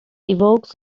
evokes